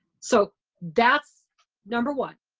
so that's number one.